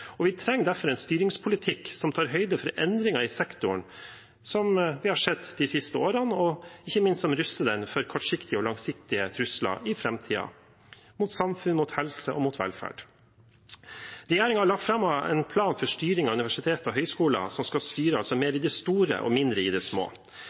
og vi trenger derfor en styringspolitikk som tar høyde for endringer i sektoren, som vi har sett de siste årene, og ikke minst å ruste den for kortsiktige og langsiktige trusler i framtiden – trusler mot samfunn, mot helse og mot velferd. Regjeringen har lagt fram en plan for styring av universiteter og høyskoler, som skal styres mer